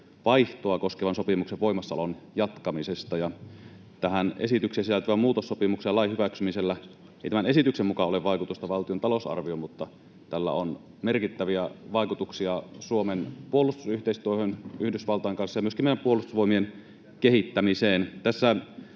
vaihtoa koskevan sopimuksen voimassaolon jatkamisesta. Tähän esitykseen sisältyvän muutossopimuksen ja lain hyväksymisellä ei tämän esityksen mukaan ole vaikutusta valtion talousarvioon, mutta tällä on merkittäviä vaikutuksia Suomen puolustusyhteistyöhön Yhdysvaltain kanssa ja myöskin meidän puolustusvoimien kehittämiseen.